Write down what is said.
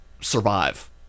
survive